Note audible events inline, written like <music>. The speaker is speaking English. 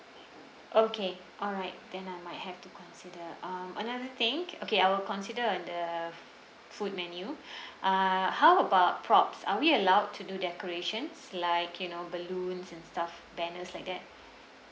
okay alright then I might have to consider um another thing okay I will consider on the food menu <breath> uh how about props are we allowed to do decorations like you know balloons and stuff banners like that